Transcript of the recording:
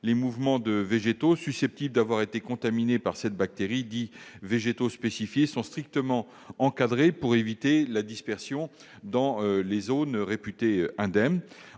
les mouvements de végétaux susceptibles d'avoir été contaminés par cette bactérie, dits « végétaux spécifiés », sont strictement encadrés pour éviter la dispersion dans des zones réputées indemnes.